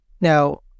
Now